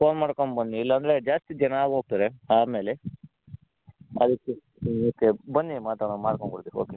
phone ಮಾಡ್ಕೊಬನ್ನಿ ಇಲ್ಲಾಂದರೆ ಜಾಸ್ತಿ ಜನ ಆಗೋಗ್ತಾರೆ ಆಮೇಲೆ ಅದಕ್ಕೂ ಓಕೆ ಬನ್ನಿ ಮಾತಾಡೋಣ ಮಾಡ್ಕಂಕೊಡ್ತೀನಿ ಓಕೆ